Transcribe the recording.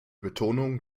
betonung